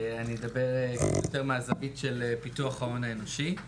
אני אדבר יותר מהזווית של פיתוח ההון האנושי.